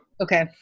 Okay